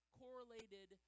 correlated